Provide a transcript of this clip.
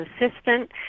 assistant